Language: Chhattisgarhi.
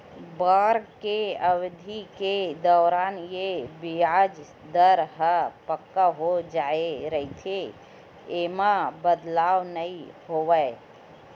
बांड के अबधि के दौरान ये बियाज दर ह पक्का हो जाय रहिथे, ऐमा बदलाव नइ होवय